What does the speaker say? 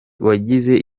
wagize